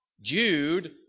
Jude